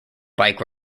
bike